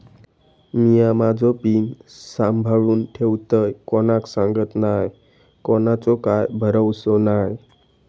मिया माझो पिन सांभाळुन ठेवतय कोणाक सांगत नाय कोणाचो काय भरवसो नाय